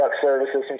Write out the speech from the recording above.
services